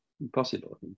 impossible